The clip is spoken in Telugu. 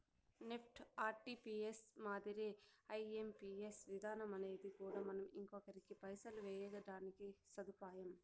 నెప్టు, ఆర్టీపీఎస్ మాదిరే ఐఎంపియస్ విధానమనేది కూడా మనం ఇంకొకరికి పైసలు వేయడానికి సదుపాయం